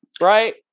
right